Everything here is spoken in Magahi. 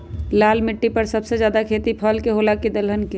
लाल मिट्टी पर सबसे ज्यादा खेती फल के होला की दलहन के?